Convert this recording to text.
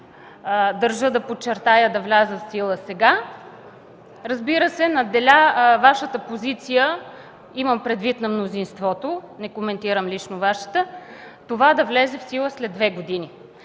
държа да подчертая – да влязат в сила сега. Разбира се, надделя Вашата позиция – имам предвид на мнозинството, не коментирам лично Вашата – това да влезе в сила след две години.